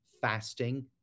fasting